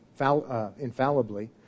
infallibly